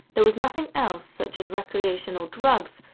there was nothing else, such as recreational drugs,